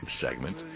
segment